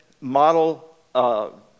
Model